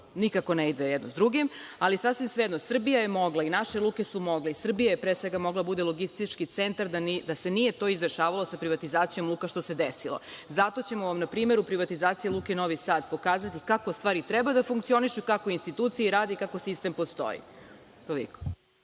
nikako ni ide jedno sa drugim, ali svejedno. Srbija je mogla i naše luke su mogle, Srbija pre svega je mogla da bude logistički centar, da se nije to izdešavalo sa privatizacijom luka što se desilo. Zato ćemo vam na primeru privatizacije Luke Novi Sad pokazati kako stvari treba da funkcionišu i kako institucije rade i kako sistem postoji. Toliko.